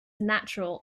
natural